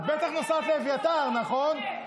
את בטח נוסעת לאביתר, נכון?